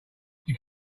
you